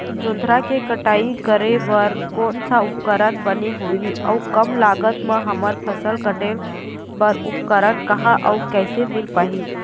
जोंधरा के कटाई करें बर कोन सा उपकरण बने होही अऊ कम लागत मा हमर फसल कटेल बार उपकरण कहा अउ कैसे मील पाही?